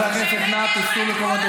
תודה רבה.